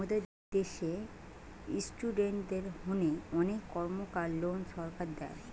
মোদের দ্যাশে ইস্টুডেন্টদের হোনে অনেক কর্মকার লোন সরকার দেয়